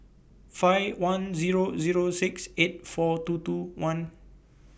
five one Zero Zero six eight four two two one